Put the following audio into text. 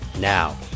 Now